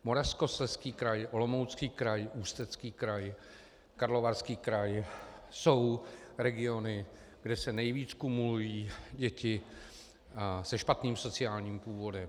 Moravskoslezský kraj, Olomoucký kraj, Ústecký kraj, Karlovarský kraj jsou regiony, kde se nejvíc kumulují děti se špatným sociálním původem.